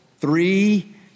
three